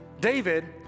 David